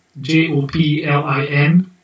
J-O-P-L-I-N